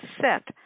set